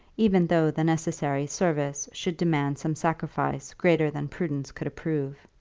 even though the necessary service should demand some sacrifice greater than prudence could approve.